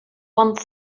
one